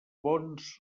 bons